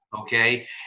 okay